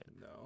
No